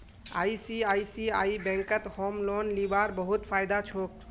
ICICI बैंकत home loan लीबार बहुत फायदा छोक